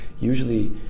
Usually